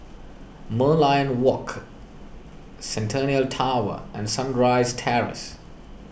Merlion Walk Centennial Tower and Sunrise Terrace